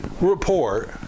report